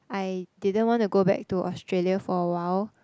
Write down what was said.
I didn't want to go back to Australia for awhile